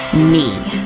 me